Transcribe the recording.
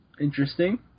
Interesting